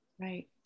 right